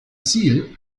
ziel